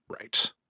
right